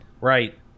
Right